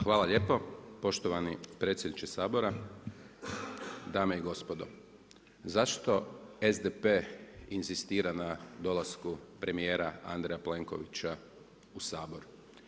Hvala lijepo, poštovani predsjedniče Sabora, dame i gospodo, zašto SDP inzistira na dolasku premjera Andreja Plenkovića u Saboru?